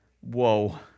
Whoa